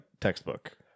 textbook